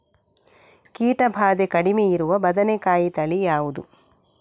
ಕೀಟ ಭಾದೆ ಕಡಿಮೆ ಇರುವ ಬದನೆಕಾಯಿ ತಳಿ ಯಾವುದು?